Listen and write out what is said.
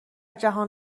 جهان